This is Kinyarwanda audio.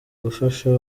gufasha